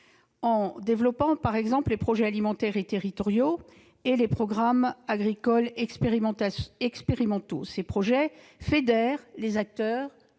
en développant, par exemple, les projets alimentaires territoriaux et les programmes agricoles expérimentaux. Ces projets fédèrent les acteurs d'un